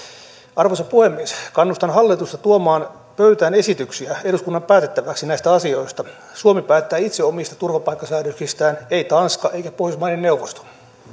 arvoisa puhemies kannustan hallitusta tuomaan pöytään esityksiä eduskunnan päätettäväksi näistä asioista suomi päättää itse omista turvapaikkasäädöksistään ei tanska eikä pohjoismaiden neuvosto